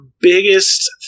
biggest